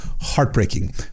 heartbreaking